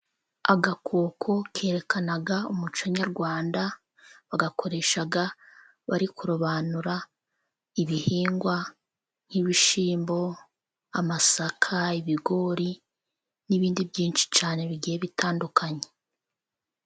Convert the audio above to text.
Agakoko kerekana umuco nyarwanda, bagakoresha bari kurobanura ibihingwa: nk'ibishimbo amasaka, ibigori n'ibindi byinshi cyane bigiye bitandukanye.